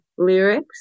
lyrics